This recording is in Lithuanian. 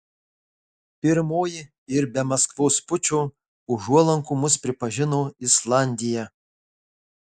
pirmoji ir be maskvos pučo užuolankų mus pripažino islandija